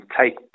take